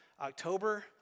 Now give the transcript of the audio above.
October